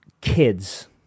kids